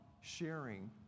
sharing